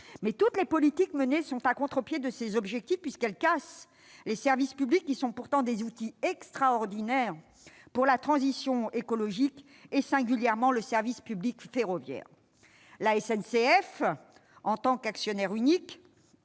mais toutes les politiques menées sont à contre-pied de ces objectifs, puisqu'elles cassent les services publics, qui sont pourtant des outils extraordinaires pour la transition écologique et, singulièrement, pour le service public ferroviaire. La SNCF, dont l'État est l'unique